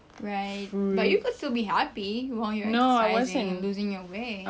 right but you should be happy when you are losing your weight